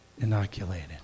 inoculated